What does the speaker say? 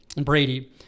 Brady